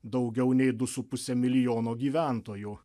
daugiau nei du su puse milijono gyventojų